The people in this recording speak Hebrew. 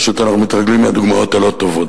פשוט אנחנו מתרגלים מהדוגמאות הלא-טובות.